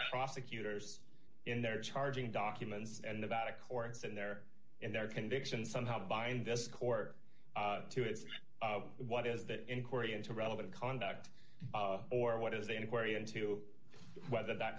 prosecutors in their charging documents and nevada courts in their in their conviction somehow bind this court to it's what is the inquiry into relevant conduct or what is the inquiry into whether that